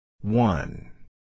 One